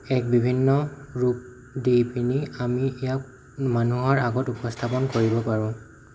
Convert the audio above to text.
এক বিভিন্ন ৰূপ দি পিনি আমি ইয়াক মানুহৰ আগত ইয়াক উপস্থাপন কৰিব পাৰোঁ